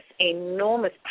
enormous